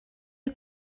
you